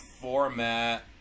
format